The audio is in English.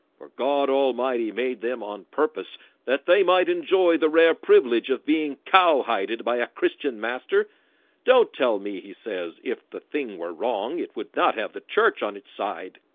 for god almighty made them on purpose that they might enjoy the rare privilege of being cow hided by a christian master don't tell me he says if the thing were wrong, it would not have the church on its side